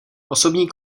osobní